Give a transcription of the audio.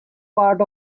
part